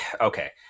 Okay